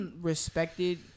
respected